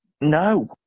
No